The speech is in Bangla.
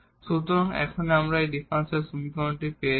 সুতরাং এখন আমরা এখানে এই ডিফারেনশিয়াল সমীকরণটি পেয়েছি